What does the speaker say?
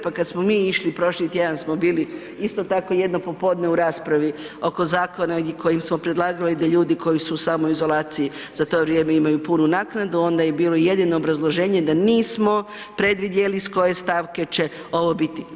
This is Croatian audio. Pa kada smo mi išli prošli tjedan smo bili isto tako jedno popodne u raspravi oko zakona kojim smo predlagali da ljudi koji su u samoizolaciji za to vrijeme imaju punu naknadu onda je bilo jedino obrazloženje da nismo predvidjeli s koje stavke će ovo biti.